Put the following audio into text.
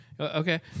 Okay